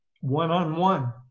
one-on-one